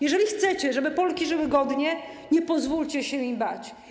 Jeżeli chcecie, żeby Polki żyły godnie, nie pozwólcie się im bać.